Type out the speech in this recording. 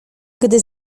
gdy